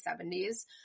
70s